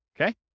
Okay